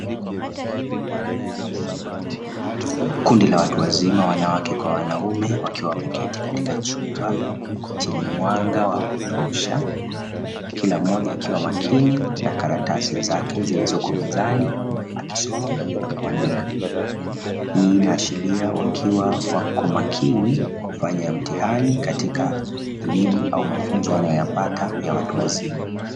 Kundi la watu wazima wanawake kwa wanaume, wakiwa wameketi katika chumba chenye mwanga wa kutosha, kila mmoja akiwa makini na karatasi zake zilizoko mezani, akisoma pamoja na kuandika hii inaashiria wakiwa wako makini kufanya mtihani katika elimu au mafunzo wanaoyapata ya watu wazima.